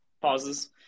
pauses